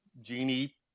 genie